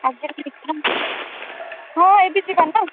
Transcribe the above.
ଆଜି ଏବେ ଯିବାନି ତ